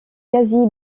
quasi